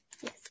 yes